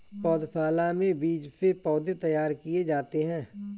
पौधशाला में बीज से पौधे तैयार किए जाते हैं